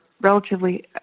Relatively